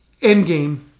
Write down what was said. Endgame